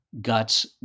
guts